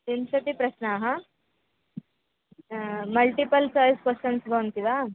विंशतिप्रश्नाः हा multiple choice questions भवन्ति वा